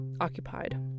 occupied